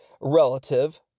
relative